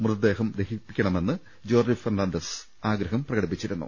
മൃതദേഹം ദഹിപ്പിക്കണമെന്ന് ജോർജ് ഫെർണാണ്ടസ് ആഗ്രഹം പ്രകടിപ്പിച്ചിരുന്നു